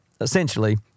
essentially